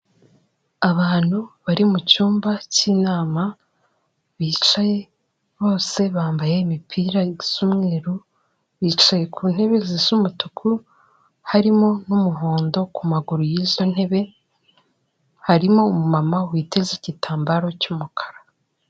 Abantu bari mu cyumba cy'inama bicaye, bose bambaye imipira isa umweru, bicaye ku ntebe zisa umutuku harimo n'umuhondo, ku maguru y'izo ntebe harimo umumama witeze igitambaro cy'umukara.